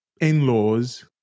in-laws